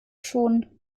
schon